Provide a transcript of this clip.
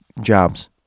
jobs